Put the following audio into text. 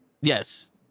Yes